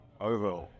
Over